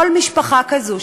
כל משפחה כזו,